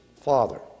father